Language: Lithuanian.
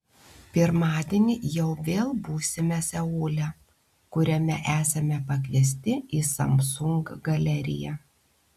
pirmadienį jau vėl būsime seule kuriame esame pakviesti į samsung galeriją